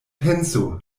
penso